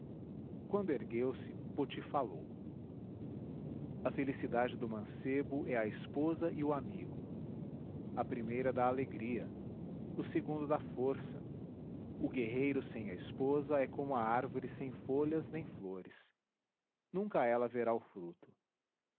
quando ergueu-se poti falou a felicidade do mancebo é a esposa e o amigo a primeira dá alegria o segundo dá força o guerreiro sem a esposa é como a árvore sem folhas nem flores nunca ela verá o fruto